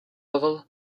level